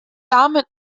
damit